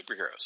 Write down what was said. superheroes